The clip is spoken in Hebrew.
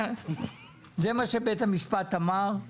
זה מה שבית המשפט אמר.